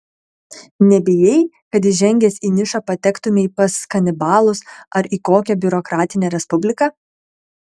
nebijai kad įžengęs į nišą patektumei pas kanibalus ar į kokią biurokratinę respubliką